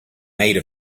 made